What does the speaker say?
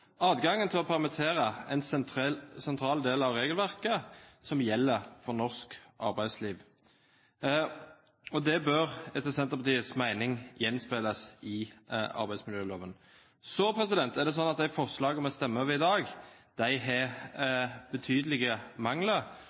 Adgangen til å permittere er en sentral del av regelverket som gjelder for norsk arbeidsliv. Det bør, etter Senterpartiets mening, gjenspeiles i arbeidsmiljøloven. De forslagene vi stemmer over i dag, har betydelige mangler, og jeg mener at det er rom for å gå dypere inn i